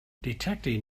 detecting